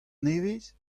nevez